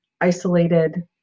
isolated